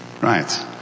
Right